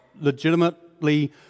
legitimately